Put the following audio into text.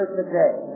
today